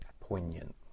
poignant